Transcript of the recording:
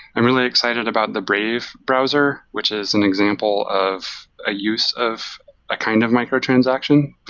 i'm really excited about the brave browser, which is an example of a use of a kind of micro-transaction.